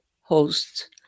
hosts